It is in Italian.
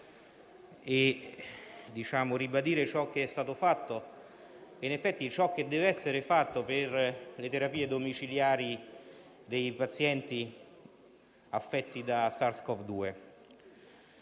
di ribadire ciò che è stato fatto e ciò che deve essere fatto per le terapie domiciliari dei pazienti affetti da SARS-Cov-2.